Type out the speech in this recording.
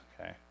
okay